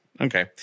Okay